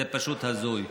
זה פשוט הזוי.